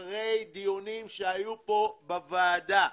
וזה אחרי דיונים שהיו פה בוועדה.